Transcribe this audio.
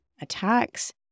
attacks